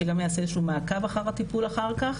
שגם יעשה איזשהו מעקב אחר הטיפול אחר כך,